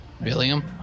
William